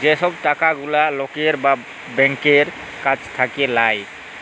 যে সব টাকা গুলা লকের বা ব্যাংকের কাছ থাক্যে লায়